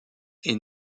est